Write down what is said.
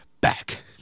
back